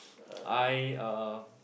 I uh